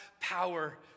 power